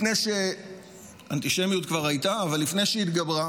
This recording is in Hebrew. לפני אנטישמיות כבר הייתה, אבל לפני שהתגברה.